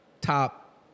top